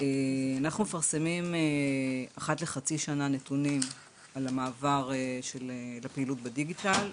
אנחנו מפרסמים אחת לחצי שנה נתונים על המעבר של הפעילות לדיגיטל.